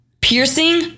piercing